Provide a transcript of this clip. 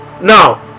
Now